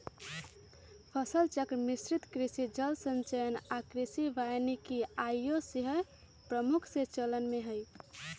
फसल चक्र, मिश्रित कृषि, जल संचयन आऽ कृषि वानिकी आइयो सेहय प्रमुखता से चलन में हइ